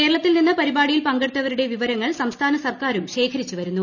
കേരളത്തിൽ നിന്ന് പരിപാടിയിൽ പങ്കെടുത്തവരുടെ വിവരങ്ങൾ സംസ്ഥാന സർക്കാറും ശേഖരിച്ചു വരുന്നു